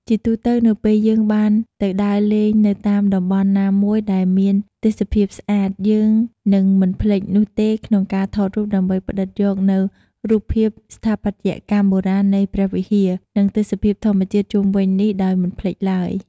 ជាទូរទៅនៅពេលយើងបានទៅដើរលេងនៅតាមតំបន់ណាមួយដែរមានទេសភាពស្អាត យើងនឹងមិនភ្លេចនោះទេក្នុងការថតរូបដើម្បីផ្តិតយកនូវរូបភាពស្ថាបត្យកម្មបុរាណនៃព្រះវិហារ និងទេសភាពធម្មជាតិជុំវិញនេះដោយមិនភ្លេចឡើយ ។